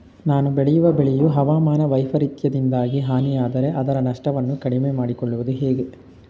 ನಾನು ಬೆಳೆಯುವ ಬೆಳೆಯು ಹವಾಮಾನ ವೈಫರಿತ್ಯದಿಂದಾಗಿ ಹಾನಿಯಾದರೆ ಅದರ ನಷ್ಟವನ್ನು ಕಡಿಮೆ ಮಾಡಿಕೊಳ್ಳುವುದು ಹೇಗೆ?